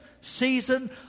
season